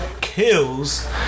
kills